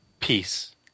Peace